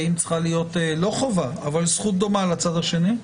האם צריכה להיות זכות דומה לצד השני?